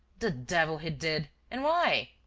the devil he did! and why?